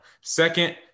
Second